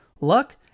luck